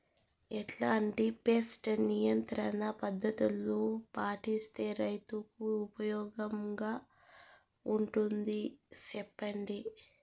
ఎట్లాంటి పెస్ట్ నియంత్రణ పద్ధతులు పాటిస్తే, రైతుకు ఉపయోగంగా ఉంటుంది సెప్పండి?